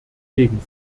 gegen